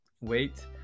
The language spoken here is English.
wait